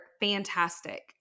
fantastic